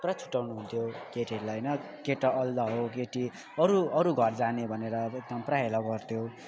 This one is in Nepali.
पुरा छुट्याउनु हुन्थ्यो केटीहरूलाई होइन केटा अलदा हो केटी अरू अरू घर जाने भनेर अब पुरा हेला गर्थ्यो